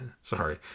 sorry